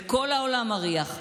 וכל העולם מריח,